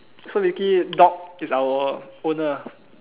so basically dog is our owner ah